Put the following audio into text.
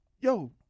Yo